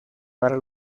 para